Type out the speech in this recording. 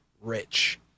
rich